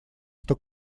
что